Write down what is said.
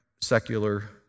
secular